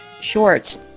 shorts